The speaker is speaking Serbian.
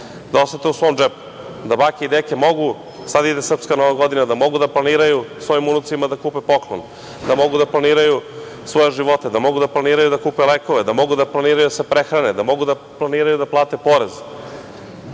da osete u svom džepu. Sad ide Srpska nova godina, da bake i deke mogu da planiraju svojim unucima da kupe poklon, da mogu da planiraju svoje živote, da mogu da planiraju da kupe lekove, da mogu da planiraju da se prehrane, da mogu planiraju da plate porez